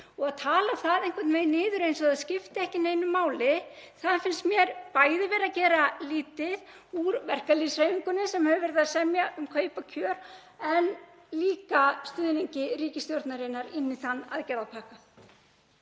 því að tala það einhvern veginn niður eins og það skipti ekki neinu máli finnst mér bæði verið að gera lítið úr verkalýðshreyfingunni sem hefur verið að semja um kaup og kjör en líka stuðningi ríkisstjórnarinnar inn í þann aðgerðapakka.